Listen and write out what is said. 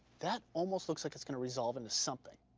that almost looks like it's going to resolve into something.